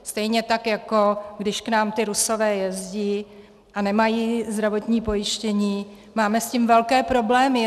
Stejně tak jako když k nám ti Rusové jezdí a nemají zdravotní pojištění, máme s tím velké problémy.